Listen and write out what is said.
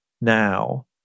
now